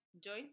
join